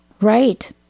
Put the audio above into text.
right